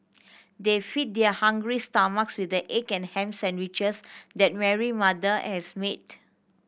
they fed their hungry stomachs with the egg and ham sandwiches that Mary mother has made